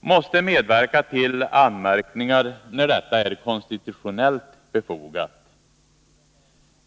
måste medverka till anmärkningar när detta är konstitutionellt befogat.